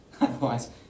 otherwise